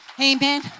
Amen